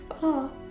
far